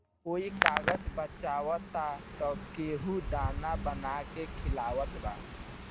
कोई कागज बचावता त केहू दाना बना के खिआवता